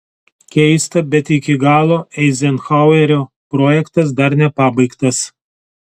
keista bet iki galo eizenhauerio projektas dar nepabaigtas